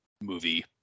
movie